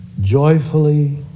joyfully